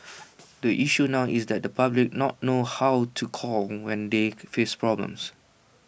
the issue now is that the public not know how to call when they face problems